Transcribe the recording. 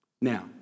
Now